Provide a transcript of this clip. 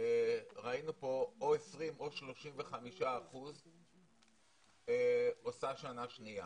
ראינו פה או 20% או 35% שעושות שנה שנייה.